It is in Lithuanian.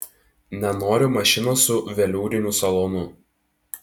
nenoriu mašinos su veliūriniu salonu